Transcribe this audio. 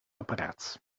apparaat